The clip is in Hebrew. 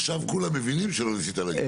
עכשיו כולם מבינים שלא ניסית להגיד.